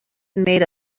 made